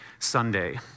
Sunday